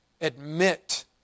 admit